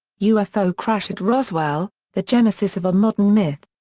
ufo crash at roswell the genesis of a modern myth.